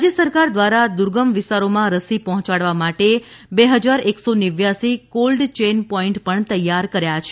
રાજ્ય સરકાર દ્વારા દુર્ગમ વિસ્તારોમાં રસી પહોંચાડવા માટે બે હજાર એકસો નેવ્યાંશી કોલ્ડ ચેન પોઇન્ટ પણ તૈયાર કર્યા છે